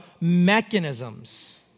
mechanisms